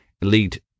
lead